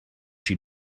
she